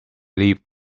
leaf